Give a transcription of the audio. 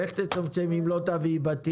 ואיך תצמצמי אם לא תביאי בתים?